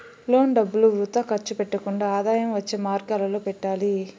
loan డబ్బులు వృథా ఖర్చు పెట్టకుండా ఆదాయం వచ్చే మార్గాలలో పెట్టాలి